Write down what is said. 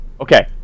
Okay